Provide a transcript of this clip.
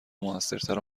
موثرتر